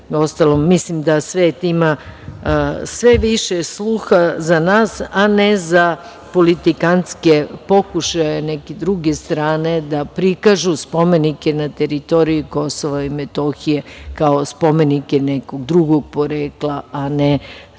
mislim da svet ima sve više sluha za nas, a ne za politikanske pokušaje neke druge strane, da prikažu spomenike na teritoriji KiM kao spomenike nekog drugog porekla, a ne